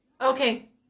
okay